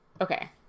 Okay